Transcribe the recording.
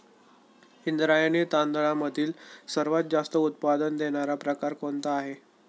इंद्रायणी तांदळामधील सर्वात जास्त उत्पादन देणारा प्रकार कोणता आहे?